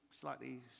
slightly